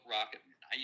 Rocketman